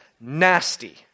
nasty